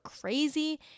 crazy